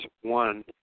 one